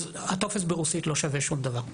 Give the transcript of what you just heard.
הטופס ברוסית לא שווה שום דבר.